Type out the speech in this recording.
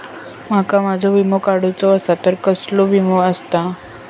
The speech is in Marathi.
माका माझो विमा काडुचो असा तर कसलो विमा आस्ता?